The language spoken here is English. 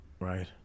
Right